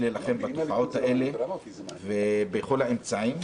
בפנינו, חברי הכנסת, כמה נושאים על